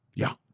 yeah.